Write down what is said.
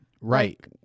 Right